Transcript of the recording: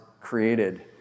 created